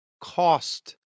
cost